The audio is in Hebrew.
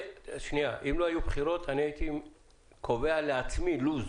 אם לא היו בחירות אני הייתי קובע לעצמי לו"ז